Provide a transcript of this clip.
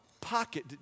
pocket